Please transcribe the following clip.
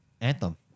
Anthem